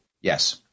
Yes